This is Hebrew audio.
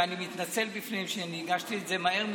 ואני מתנצל בפניהם שהגשתי את זה מהר מדי.